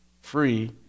free